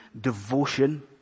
devotion